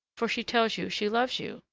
for she tells you she loves you,